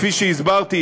כפי שהסברתי,